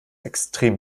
extrem